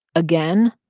again,